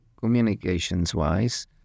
Communications-wise